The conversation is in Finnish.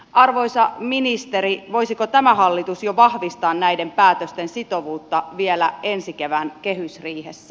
arvoisa ministeri voisiko tämä hallitus jo vahvistaa näiden päätösten sitovuutta vielä ensi kevään kehysriihessä